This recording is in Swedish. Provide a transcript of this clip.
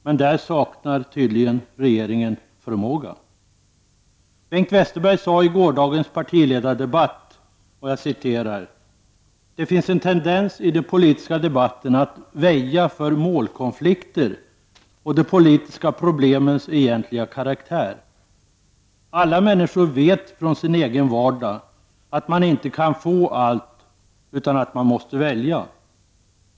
Men här saknar tydligen regeringen förmåga. Bengt Westerberg sade i gårdagens partiledardebatt: ”Det finns en tendens i den politiska debatten att väja för målkonflikter och de politiska pro blemens egentliga karaktär. Alla männsikor vet från sin egen vardag att man inte kan få allt, att man måste välja.